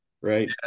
Right